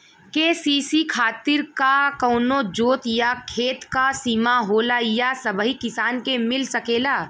KCC खातिर का कवनो जोत या खेत क सिमा होला या सबही किसान के मिल सकेला?